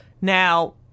Now